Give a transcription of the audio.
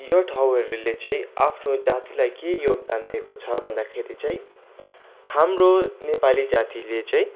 यो ठाउँहरूले चाहिँ आफ्नो जातिलाई के योगदान दिएको छ भन्दाखेरि चाहिँ हाम्रो नेपाली जातिले चाहिँ